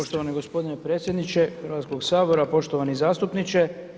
Poštovani gospodine predsjedniče Hrvatskog sabora, poštovani zastupniče.